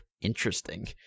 Interesting